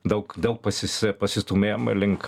daug daug pasise pasistūmėjome link